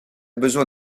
besoin